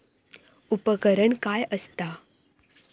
उपकरण काय असता?